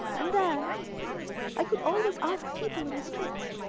and then i could always ask people in the streets.